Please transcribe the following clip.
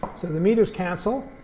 so the meters cancel,